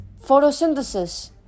Photosynthesis